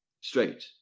Straight